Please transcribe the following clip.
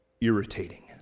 irritating